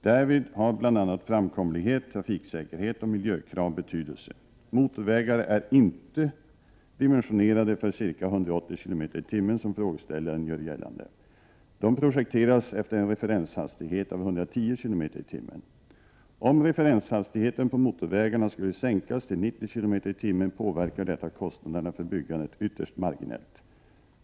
Därvid har bl.a. framkomlighet, trafiksäkerhet och miljökrav betydelse. Motorvägar är inte dimensionerade för ca 180 km tim. Om referenshastigheten på motorvägarna skulle sänkas till 90 km/tim. påverkar detta kostnaderna för byggandet ytterst marginellt.